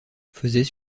faisait